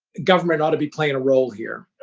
government ought to be playing a role here.